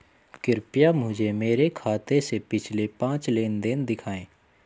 कृपया मुझे मेरे खाते से पिछले पांच लेनदेन दिखाएं